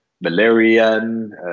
valerian